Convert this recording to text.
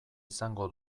izango